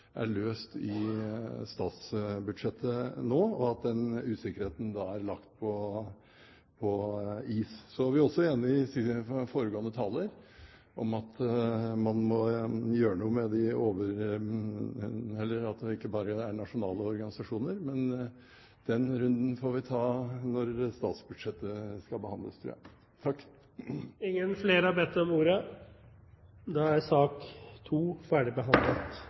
er veldig godt fornøyd med at det er løst i statsbudsjettet nå, og at usikkerheten er lagt på is. Vi er også enig med foregående taler i at man må gjøre noe med at det ikke bare gjelder nasjonale organisasjoner, men den runden får vi ta når statsbudsjettet skal behandles, tror jeg. Flere har ikke bedt om ordet til sak